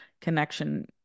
connection